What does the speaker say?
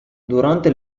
durante